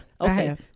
Okay